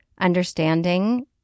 understanding